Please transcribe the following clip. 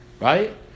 Right